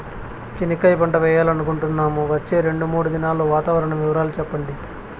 చెనక్కాయ పంట వేయాలనుకుంటున్నాము, వచ్చే రెండు, మూడు దినాల్లో వాతావరణం వివరాలు చెప్పండి?